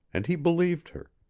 and he believed her,